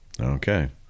Okay